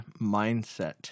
mindset